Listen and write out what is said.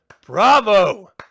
Bravo